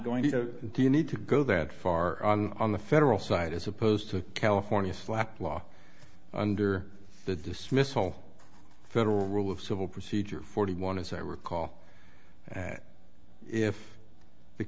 going to do you need to go that far on the federal side as opposed to california slap law under the dismissal federal rule of civil procedure forty one as i recall and if the